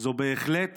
זו בהחלט